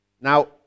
Now